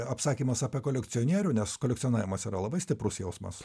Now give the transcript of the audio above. apsakymas apie kolekcionierių nes kolekcionavimas yra labai stiprus jausmas